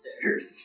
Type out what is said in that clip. stairs